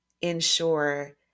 ensure